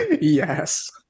Yes